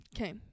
Okay